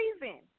reason